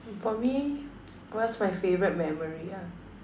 for me what's my favourite memory ah